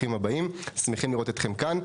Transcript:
ברוכים הבאים; אנחנו שמחים לראות אתכם כאן.